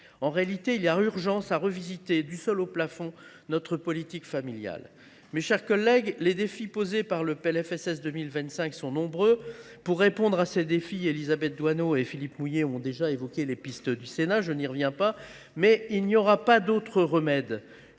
En réalité, il est urgent de revisiter du sol au plafond notre politique familiale. Mes chers collègues, les défis posés par le PLFSS 2025 sont nombreux. Pour y répondre, Élisabeth Doineau et Philippe Mouiller ont déjà évoqué les pistes du Sénat – je n’y reviendrai pas. Nous n’aurons d’autre remède